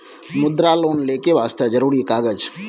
मुद्रा लोन लेके वास्ते जरुरी कागज?